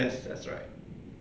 yes that's right